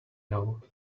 know